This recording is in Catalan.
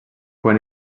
quan